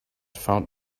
found